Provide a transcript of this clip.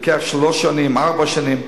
זה לוקח שלוש שנים, ארבע שנים,